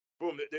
boom